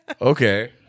Okay